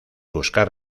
buscar